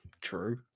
True